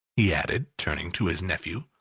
he added, turning to his nephew.